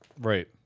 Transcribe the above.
Right